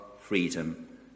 freedom